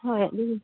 ꯍꯣꯏ ꯑꯗꯨꯝ